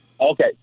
Okay